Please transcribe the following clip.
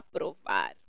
aprovar